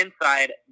inside